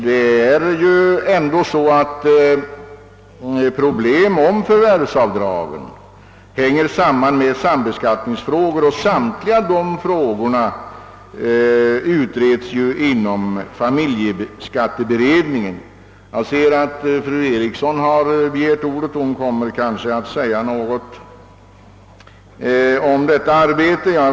Problemen i samband med förvärvsavdragen hänger ändå samman med sambeskattningsfrågorna, och samtliga dessa spörsmål utreds ju inom familjeskatteberedningen. Jag har sett att fru Eriksson i Stockholm har begärt ordet, och jag hoppas att hon kommer att säga något om dess arbete.